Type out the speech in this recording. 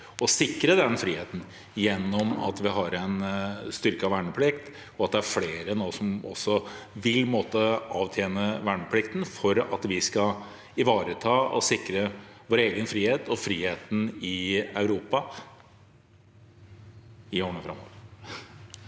og å sikre den friheten gjennom at vi har en styrket verneplikt, og at det er flere nå som også vil måtte avtjene verneplikten for at vi skal ivareta og sikre vår egen frihet og friheten i Europa i årene framover.